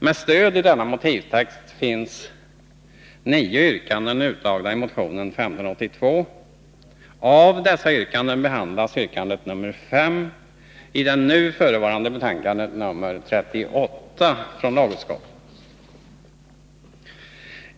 Med stöd av denna motivtext finns nio yrkanden utlagda i motion 1582. Av dessa yrkanden behandlas yrkande nr 5 i det nu föreliggande betänkandet, nr 38 från lagutskottet.